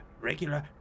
regular